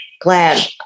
glad